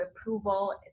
approval